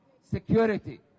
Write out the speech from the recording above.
security